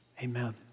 Amen